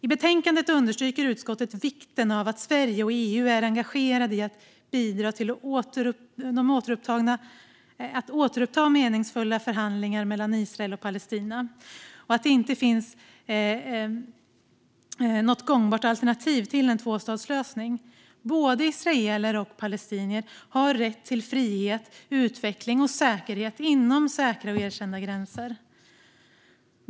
I betänkandet understryker utskottet vikten av att Sverige och EU är engagerade i att bidra till att återuppta meningsfulla förhandlingar mellan Israel och Palestina och att det inte finns något gångbart alternativ till en tvåstatslösning. Både israeler och palestinier har rätt till frihet, utveckling och säkerhet inom säkra och erkända gränser.